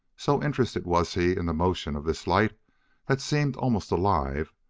so interested was he in the motion of this light that seemed almost alive,